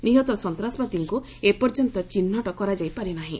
ନିହତ ସନ୍ତାସବାଦୀଙ୍କ ଏପର୍ଯ୍ୟନ୍ତ ଚିହ୍ରଟ କରାଯାଇପାରିନାହିଁ